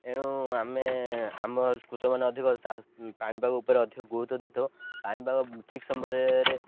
ଏଣୁ ଆମେ ଆମର କୃଷକମାନେ ଅଧିକ ପାଣିପାଗ ଉପରେ ଅଧିକ ଗୁରୁତ୍ୱ ଦେଇଥାଉ ପାଣିପାଗ ଠିକ୍ ସମୟରେ